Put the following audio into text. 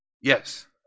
Yes